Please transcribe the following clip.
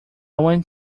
want